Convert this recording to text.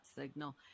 signal